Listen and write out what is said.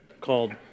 called